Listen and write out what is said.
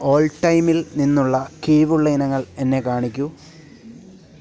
all ടൈമിൽ നിന്നുള്ള കിഴിവുള്ള ഇനങ്ങൾ എന്നെ കാണിക്കൂ